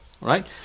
Right